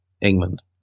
England